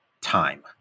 time